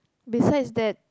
besides that